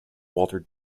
walter